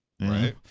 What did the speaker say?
Right